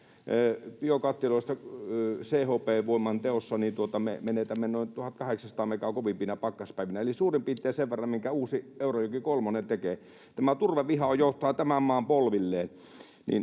biokattiloista CHP-voiman teossa, niin me menetämme noin 1 800 megaa kovimpina pakkaspäivinä eli suurin piirtein sen verran, minkä uusi Eurajoki kolmonen tekee. Tämä turveviha johtaa tämän maan polvilleen,